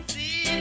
See